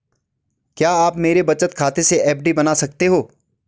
क्या आप मेरे बचत खाते से एफ.डी बना सकते हो?